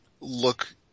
look